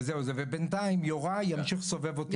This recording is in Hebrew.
וזהו ובינתיים יוראי ימשיך לסובב אותי עם המשטרה.